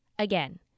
Again